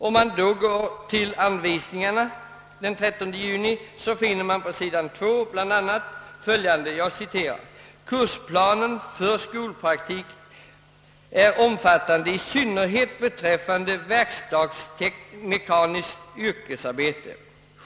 Om man går till anvisningarna av den 13 juni, finner man på s. 2 bl.a. följande: »Kursplanen för skolpraktiken är omfattande i synnerhet beträffande verkstads-mekaniskt yrkesarbete.